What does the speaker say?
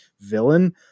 villain